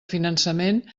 finançament